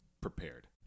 prepared